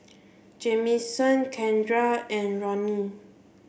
Jamison Kendra and Ronny